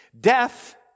Death